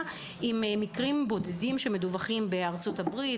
ומקרים בודדים שמדווחים בארצות הברית,